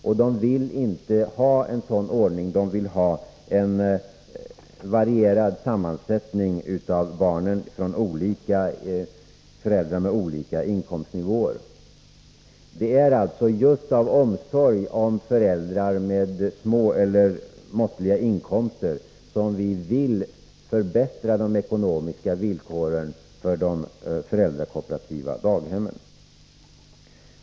Man vill inte ha en sådan ordning — man vill ha en varierad sammansättning av barnen, från föräldrar med olika inkomstförhållanden. Det är alltså just av omsorg om föräldrar med små eller måttliga inkomster som vi vill förbättra de ekonomiska villkoren för de föräldrakooperativa daghemmen.